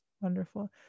Wonderful